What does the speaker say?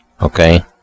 Okay